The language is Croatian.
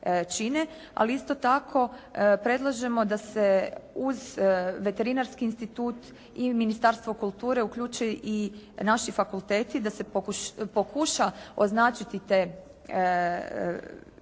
ali isto tako predlažemo da se uz veterinarski institut i Ministarstvo kulture uključe i naši fakulteti, da se pokuša označiti te divlje